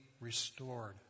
restored